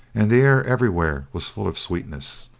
and the air everywhere was full of sweetness.